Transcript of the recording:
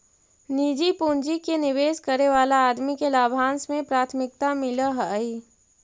निजी पूंजी के निवेश करे वाला आदमी के लाभांश में प्राथमिकता मिलऽ हई